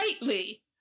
lightly